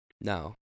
no